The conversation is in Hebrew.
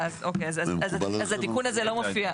אוקיי, אז התיקון הזה לא מופיע.